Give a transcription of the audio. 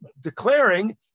declaring